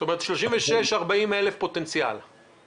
זאת אומרת, פוטנציאל של 40,000-36,000.